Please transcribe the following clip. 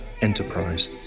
enterprise